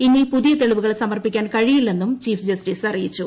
ഇനി പുതിയ തെളിവുകൾ സമർപ്പിക്കാൻ കഴിയില്ലെന്നും ചീഫ് ജസ്റ്റിസ് അറിയിച്ചു